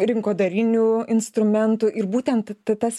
rinkodarinių instrumentų ir būtent t tas